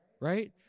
Right